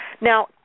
Now